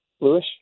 bluish